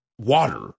water